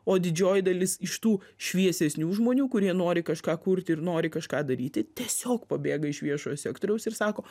o didžioji dalis iš tų šviesesnių žmonių kurie nori kažką kurt ir nori kažką daryti tiesiog pabėga iš viešojo sektoriaus ir sako